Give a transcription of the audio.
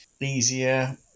easier